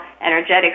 energetic